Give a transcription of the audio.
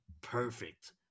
Perfect